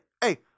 hey